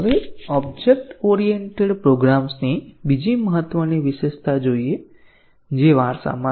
હવે object oriented પ્રોગ્રામ્સની બીજી મહત્વની વિશેષતા જોઈએ જે વારસામાં છે